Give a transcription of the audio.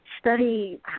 study